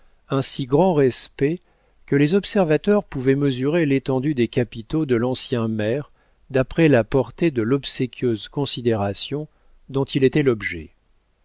un si grand respect que les observateurs pouvaient mesurer l'étendue des capitaux de l'ancien maire d'après la portée de l'obséquieuse considération dont il était l'objet